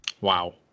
wow